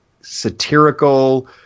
satirical